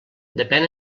depèn